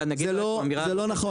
זה לא נכון.